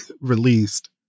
released